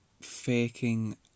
faking